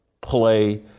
play